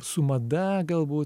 su mada galbūt